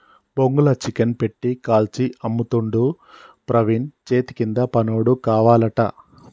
బొంగుల చికెన్ పెట్టి కాల్చి అమ్ముతుండు ప్రవీణు చేతికింద పనోడు కావాలట